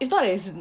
it's not as in